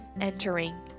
entering